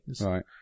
Right